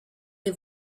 les